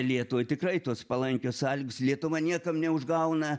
lietuvai tikrai tos palankios sąlygos lietuva niekam neužgauna